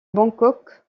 bangkok